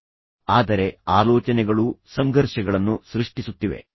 ಅದು ವ್ಯಕ್ತಿಯಲ್ಲ ಎಂದು ಅವರಿಗೆ ತಿಳಿದಿದೆ ಆದರೆ ಆಲೋಚನೆಗಳು ಸಂಘರ್ಷಗಳನ್ನು ಸೃಷ್ಟಿಸುತ್ತಿವೆ